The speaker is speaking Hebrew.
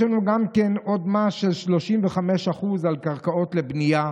יש לנו גם עוד מס של 35% על קרקעות לבנייה.